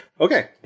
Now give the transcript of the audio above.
Okay